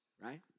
right